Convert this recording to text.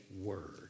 word